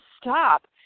stop